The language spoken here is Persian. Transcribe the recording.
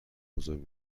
بزرگ